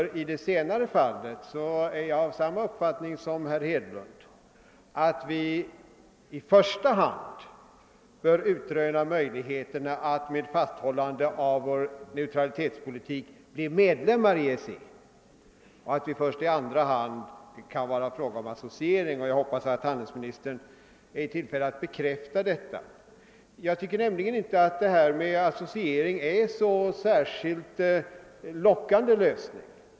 Ty i det senare fallet har jag samma uppfattning som herr Hedlund, att vi i första hand bör utröna möjligheterna att med fasthållande av vår neutralitetspolitik bli medlemmar i EEC och att det först i andra hand kan vara fråga om associering. Jag hoppas att handelsministern är i tillfälle att bekräfta att det förhåller sig så. Jag tycker nämligen inte att detta med associering är en särskilt lockande lösning.